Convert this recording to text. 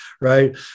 right